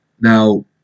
now